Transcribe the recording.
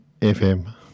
FM